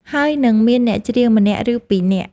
ហើយនិងមានអ្នកច្រៀងម្នាក់ ឬពីរនាក់ ។